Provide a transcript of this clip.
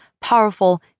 powerful